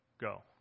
go